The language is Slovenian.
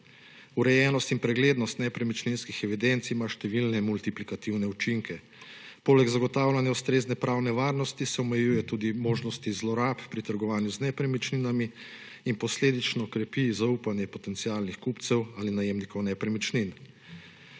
Urejenost in preglednost nepremičninskih evidenc ima številne multiplikativne učinke. Poleg zagotavljanja ustrezne pravne varnosti se omejuje tudi možnosti zlorab pri trgovanju z nepremičninami in posledično krepi zaupanje potencialnih kupcev ali najemnikov nepremičnin.